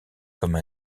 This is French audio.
comme